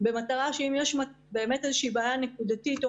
במטרה שאם יש איזושהי בעיה נקודתית או